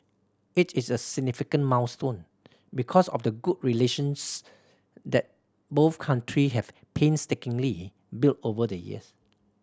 it is a significant milestone because of the good relations that both country have painstakingly built over the years